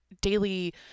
daily